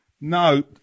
No